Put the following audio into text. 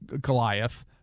Goliath